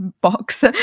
box